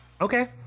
Okay